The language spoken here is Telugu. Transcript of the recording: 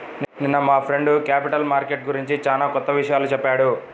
నిన్న మా ఫ్రెండు క్యాపిటల్ మార్కెట్ గురించి చానా కొత్త విషయాలు చెప్పాడు